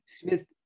Smith